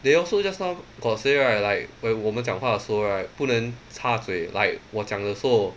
they also just now got say right like when 我们讲话的时候 right 不能插嘴 like 我讲的时候